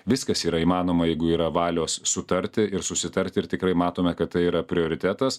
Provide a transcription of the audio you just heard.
viskas yra įmanoma jeigu yra valios sutarti ir susitarti ir tikrai matome kad tai yra prioritetas